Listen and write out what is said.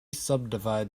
subdivide